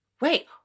wait